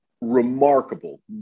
remarkable